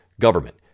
Government